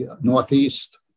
Northeast